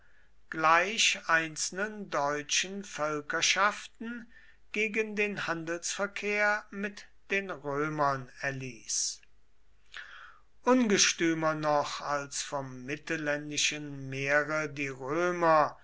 gleich einzelnen deutschen völkerschaften gegen den handelsverkehr mit den römern erließ ungestümer noch als vom mittelländischen meere die römer